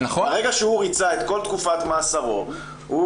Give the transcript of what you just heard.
ברגע שהוא ריצה את כל תקופת מאסרו הוא